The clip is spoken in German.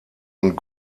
und